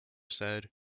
said